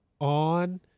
on